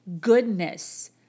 goodness